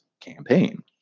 campaign